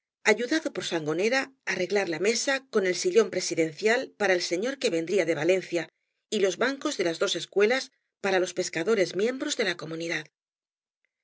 ayudado por sangonera arrelio v blasco ibáñbz glar la meea con el síuóq prebídencial para el señor que vendría de valencia y los bancos délas dos escuelas para los pescadores miembros de la comunidad